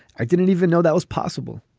i didn't even know that was possible.